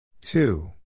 two